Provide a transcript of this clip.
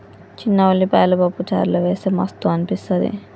చిన్న ఉల్లిపాయలు పప్పు చారులో వేస్తె మస్తు అనిపిస్తది